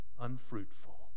unfruitful